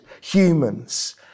humans